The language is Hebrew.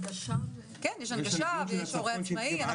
הנגשה והורה עצמאי.